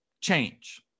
change